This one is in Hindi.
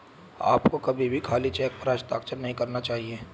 आपको कभी भी खाली चेक पर हस्ताक्षर नहीं करना चाहिए